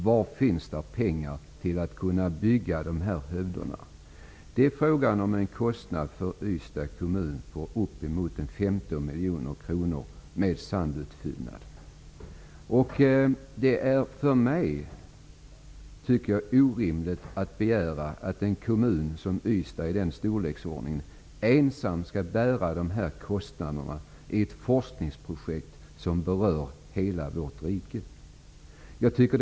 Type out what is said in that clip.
Var finns det pengar till att bygga dessa hövder? Det är fråga om en kostnad för Ystads kommun på uppemot 15 miljoner kronor, med sandutfyllnad. Jag tycker att det är orimligt att begära att en kommun i den storleksordningen ensam skall bära dessa kostnader i ett forskningsprojekt som berör hela vårt rike.